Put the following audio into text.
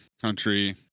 country